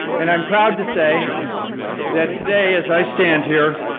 and i'm proud to say that today as i stand here,